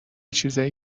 چیزایی